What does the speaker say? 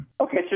Okay